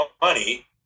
money